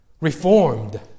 Reformed